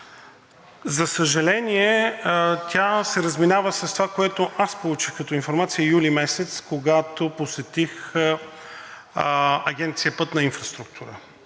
За съжаление, тя се разминава с това, което аз получих като информация през месец юли, когато посетих Агенция „Пътна инфраструктура“,